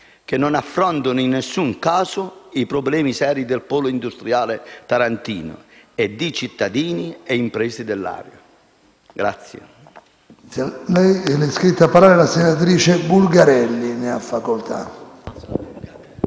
che non affrontano in nessun caso i problemi seri del polo industriale tarantino e di cittadini e imprese dell'area.